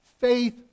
Faith